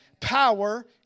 Power